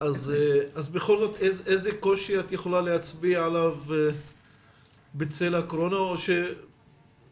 את יכול להצביע קושי בצל הקורונה שאיתו